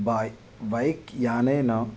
bike बैक्यानेन